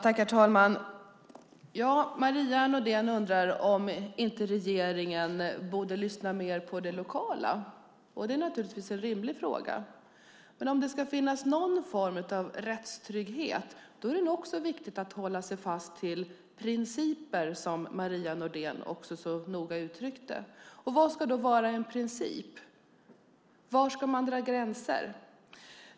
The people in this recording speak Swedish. Herr talman! Maria Nordén undrar om inte regeringen borde lyssna mer på det lokala. Det är naturligtvis en rimlig fråga. Men om det ska finnas någon form av rättstrygghet är det också viktigt att hålla fast vid principer, som Maria Nordén också så noga uttryckte. Vad ska då vara en princip? Var ska man dra gränser?